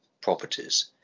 properties